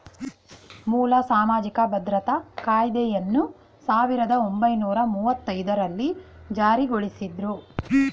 ಮೂಲ ಸಾಮಾಜಿಕ ಭದ್ರತಾ ಕಾಯ್ದೆಯನ್ನ ಸಾವಿರದ ಒಂಬೈನೂರ ಮುವ್ವತ್ತಐದು ರಲ್ಲಿ ಜಾರಿಗೊಳಿಸಿದ್ರು